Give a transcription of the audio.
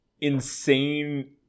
insane